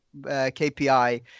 KPI